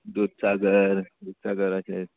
Dudhsagar दुदसागराचेर